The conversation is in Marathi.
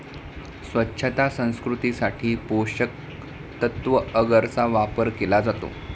स्वच्छता संस्कृतीसाठी पोषकतत्त्व अगरचा वापर केला जातो